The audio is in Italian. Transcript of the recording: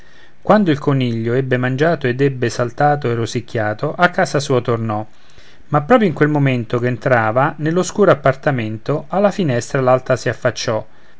quando il coniglio ebbe mangiato ed ebbe saltato e rosicchiato a casa sua tornò ma proprio in quel momento ch'entrava nell'oscuro appartamento alla finestra l'altra si affacciò